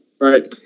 Right